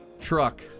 truck